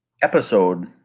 episode